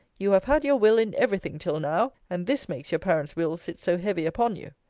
you have had your will in every thing till now and this makes your parents' will sit so heavy upon you.